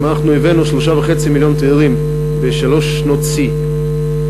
אם אנחנו הבאנו 3.5 מיליון תיירים בשלוש שנות שיא,